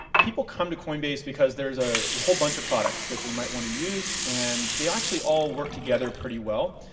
people come to coinbase because there's a whole bunch of products that they might wanna use and they actually all work together pretty well.